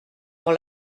dans